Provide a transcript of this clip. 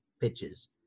pitches